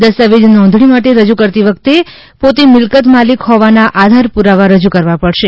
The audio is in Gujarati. દસ્તાવેજ નોંધણી માટે રજુ કરતી વખતે પોતે મિલકત માલિક હોવાના આધાર પુરાવા રજુ કરવા પડશે